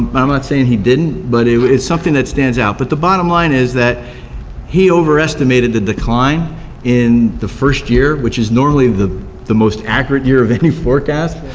i'm not saying he didn't, but it's something that stands out. but the bottom line is that he overestimated the decline in the first year, which is normally the the most accurate year of any forecast,